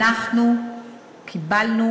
אנחנו קיבלנו